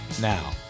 Now